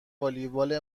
والیبال